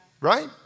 Right